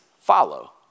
follow